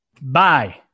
bye